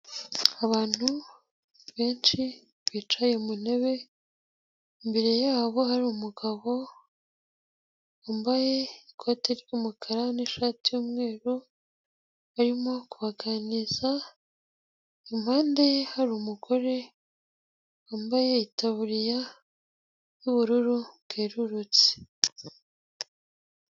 Abantu benshi bicaye mu ntebe imbere yabo hari umugabo wambaye ikote ry'umukara n'ishati y'umweru, arimo kuganiriza impande hari umugore wambaye itaburiya y'ubururu bwerurutse.